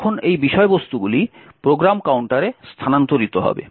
তখন এই বিষয়বস্তুগুলি প্রোগ্রাম কাউন্টারে স্থানান্তরিত হবে